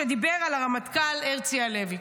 שדיבר על הרמטכ"ל הרצי הלוי.